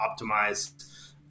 optimize